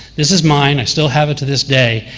this is mine. i still have it to this day.